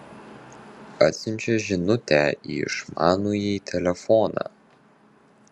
atsiunčia žinutę į išmanųjį telefoną